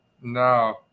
No